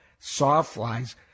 sawflies